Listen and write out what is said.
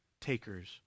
takers